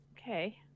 okay